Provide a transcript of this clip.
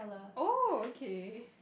oh okay